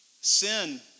Sin